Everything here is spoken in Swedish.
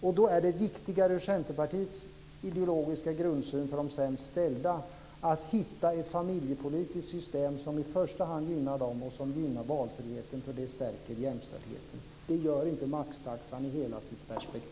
Det viktiga för de sämst ställda är enligt Centerpartiets ideologiska grundsyn att hitta ett familjepolitiskt system som i första hand gynnar deras valfrihet. Det skulle stärka jämställdheten. Det gör inte maxtaxan i dess helhet.